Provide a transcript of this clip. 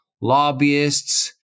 lobbyists